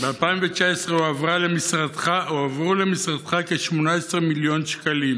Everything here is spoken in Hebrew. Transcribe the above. ב-2019 הועברו למשרדך כ-18 מיליון שקלים